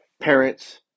parents